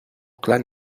clan